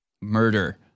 murder